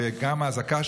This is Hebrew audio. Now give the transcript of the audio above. וגם אזעקה,